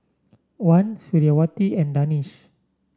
Wan Suriawati and Danish